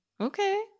Okay